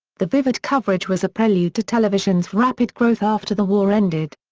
the vivid coverage was a prelude to television's rapid growth after the war ended.